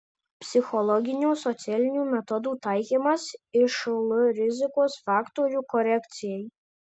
psichologinių socialinių metodų taikymas išl rizikos faktorių korekcijai